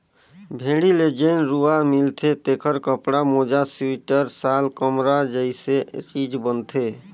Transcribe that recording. भेड़ी ले जेन रूआ मिलथे तेखर कपड़ा, मोजा सिवटर, साल, कमरा जइसे चीज बनथे